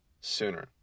sooner